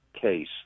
case